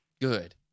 good